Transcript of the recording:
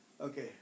Okay